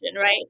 right